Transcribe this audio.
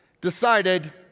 decided